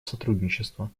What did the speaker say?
сотрудничества